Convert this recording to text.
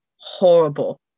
horrible